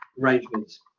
arrangements